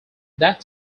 that